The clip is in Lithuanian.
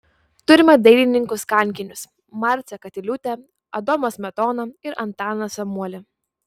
turime dailininkus kankinius marcę katiliūtę adomą smetoną ir antaną samuolį